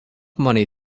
money